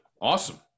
Awesome